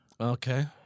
Okay